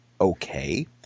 okay